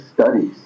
studies